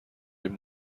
این